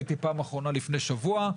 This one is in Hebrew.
הייתי פעם אחרונה לפני שבוע,